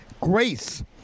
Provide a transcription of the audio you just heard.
Grace